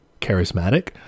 charismatic